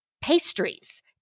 pastries